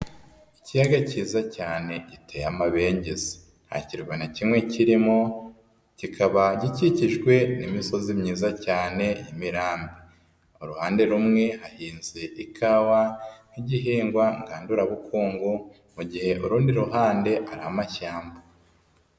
Ikiyaga cyiza cyane giteye amabengeza, nta kirwa na kimwe kirimo kikaba gikikijwe n'imisozi myiza cyane y'imirambi, uruhande rumwe hahinze ikawa nk'igihingwa ngandurabukungu mu gihe urundi ruhande ari amashyamba.